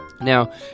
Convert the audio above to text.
Now